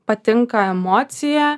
patinka emocija